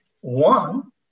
One